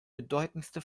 bedeutendste